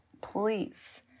please